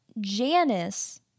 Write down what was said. Janice